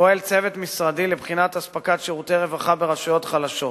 פועל צוות משרדי לבחינת אספקת שירותי רווחה ברשויות חלשות.